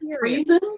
reason